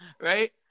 right